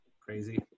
crazy